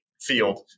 field